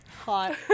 Hot